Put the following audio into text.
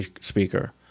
speaker